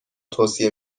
توصیه